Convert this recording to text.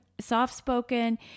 soft-spoken